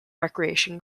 recreation